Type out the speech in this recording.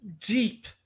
deep